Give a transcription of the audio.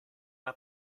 una